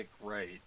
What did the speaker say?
right